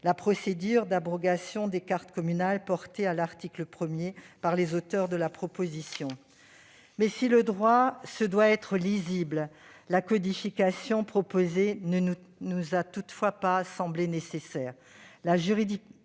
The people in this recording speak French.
la procédure d'abrogation des cartes communales portée à l'article 1 par les auteurs de cette proposition de loi. Mais si le droit se doit d'être lisible, la codification proposée ne nous a toutefois pas semblé nécessaire.